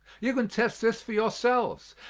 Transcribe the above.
you can test this for yourselves.